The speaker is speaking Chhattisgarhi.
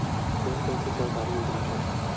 कोन कोन से सरकारी योजना हवय?